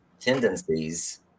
tendencies